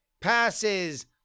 passes